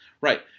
Right